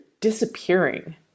disappearing